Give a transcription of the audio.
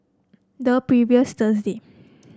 the previous Thursday